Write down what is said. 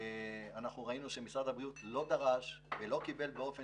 ראינו שמשרד הבריאות לא דרש ולא קיבל באופן